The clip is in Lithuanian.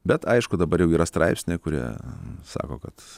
bet aišku dabar jau yra straipsniai kurie sako kad